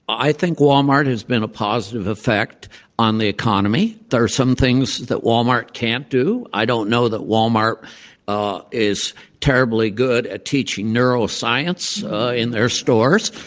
i think walmart has been a positive effect on the economy. walmart there are some things that walmart can't do. i don't know that walmart ah is terribly good at teaching neuroscience in their stores,